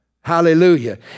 Hallelujah